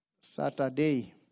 Saturday